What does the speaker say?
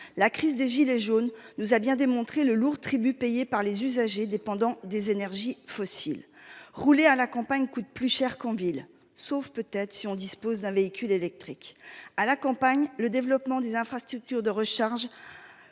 La crise des gilets jaunes nous a bien démontré le lourd tribut payé par les usagers dépendants des énergies fossiles rouler à la campagne coûte plus cher qu'en ville, sauf peut-être si on dispose d'un véhicule électrique à la campagne, le développement des infrastructures de recharge.